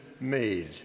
made